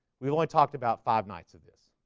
we've only talked about five nights of this.